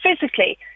physically